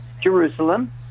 Jerusalem